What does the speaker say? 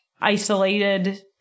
isolated